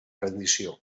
rendició